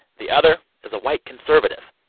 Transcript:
the other is a white conservative.